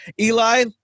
Eli